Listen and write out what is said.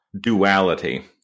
duality